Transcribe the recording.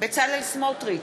בצלאל סמוטריץ,